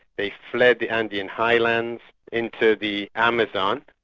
they fled the andean highlands into the amazon,